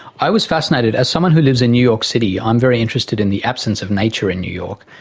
i was fascinated, as someone who lives in new york city, i'm very interested in the absence of nature in new york.